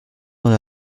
dans